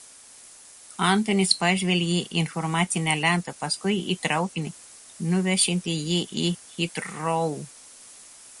antonis pažvelgė į informacinę lentą paskui į traukinį nuvešiantį jį į hitrou